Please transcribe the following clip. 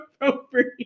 appropriate